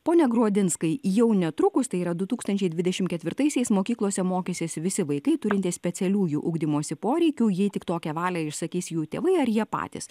ponia gruodinskai jau netrukus tai yra du tūkstančiai dvidešim ketvirtaisiais mokyklose mokysis visi vaikai turintys specialiųjų ugdymosi poreikių jei tik tokią valią išsakys jų tėvai ar jie patys